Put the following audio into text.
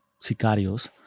sicarios